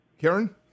Karen